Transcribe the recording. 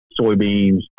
soybeans